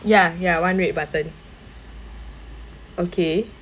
ya ya one red button okay